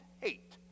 hate